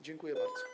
Dziękuję bardzo.